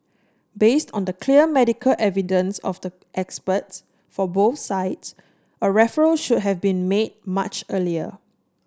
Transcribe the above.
based on the clear medical evidence of the experts for both sides a referral should have been made much earlier